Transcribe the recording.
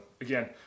again